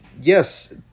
yes